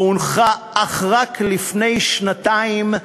ואשר הונחה רק לפני שנתיים,